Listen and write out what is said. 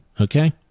okay